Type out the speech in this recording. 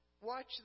Watch